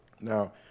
Now